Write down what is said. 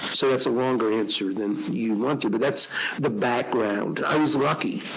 so that's a longer answer than you wanted, but that's the background. i was lucky.